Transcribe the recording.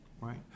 right